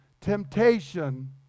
temptation